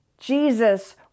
Jesus